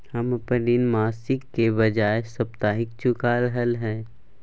हम अपन ऋण मासिक के बजाय साप्ताहिक चुका रहलियै हन